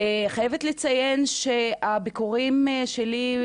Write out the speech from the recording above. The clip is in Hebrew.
אני חייבת לציין שבביקורים שלי,